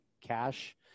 cash